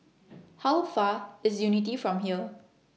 How Far IS Unity from here